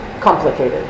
Complicated